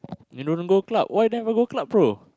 you don't go club why you never go club brother